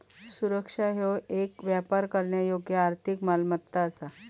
सुरक्षा ह्यो येक व्यापार करण्यायोग्य आर्थिक मालमत्ता असा